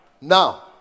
now